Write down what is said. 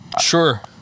Sure